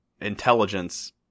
intelligence